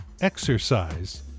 Exercise